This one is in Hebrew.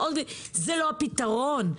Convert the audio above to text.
זה לא הפתרון.